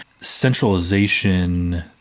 centralization